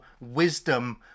wisdom